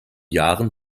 jahren